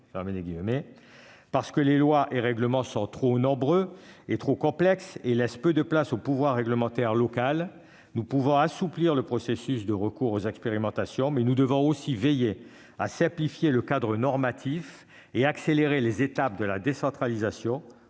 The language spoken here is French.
mesure où les lois et règlements sont trop nombreux et trop complexes et qu'ils laissent peu de place au pouvoir réglementaire local, nous pouvons assouplir le processus du recours aux expérimentations, mais nous devons aussi veiller à simplifier le cadre normatif et à accélérer les étapes de la décentralisation,